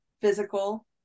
physical